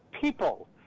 people